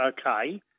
okay